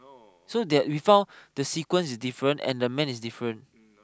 we found the sequence and the man is difference